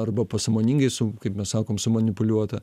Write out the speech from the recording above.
arba pasąmoningai su kaip mes sakom sumanipuliuota